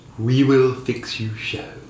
wewillfixyoushow